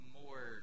more